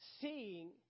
seeing